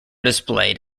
displayed